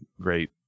great